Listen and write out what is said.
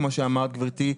כמו שאמרת גברתי,